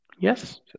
Yes